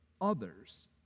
others